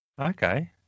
okay